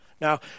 Now